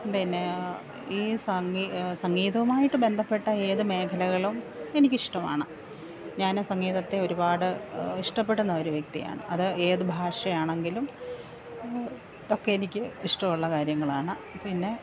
പിന്നെ ഈ സംഗീതവുമായിട്ട് ബന്ധപ്പെട്ട ഏതു മേഖലകളും എനിക്കിഷ്ടമാണ് ഞാൻ സംഗീതത്തെ ഒരുപാട് ഇഷ്ടപ്പെടുന്ന ഒരു വ്യക്തിയാണ് അത് ഏതു ഭാഷയാണെങ്കിലും ഒക്കെ എനിക്ക് ഇഷ്ടമുള്ള കാര്യങ്ങളാണ് പിന്നെ